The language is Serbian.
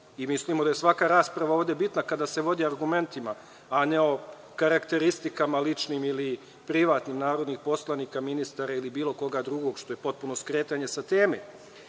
mislimo da je svaka rasprava ovde bitna kada se vodi argumentima, a ne o karakteristikama ličnim ili privatnim narodnih poslanika, ministara ili bilo koga drugog, što je potpuno skretanje sa teme.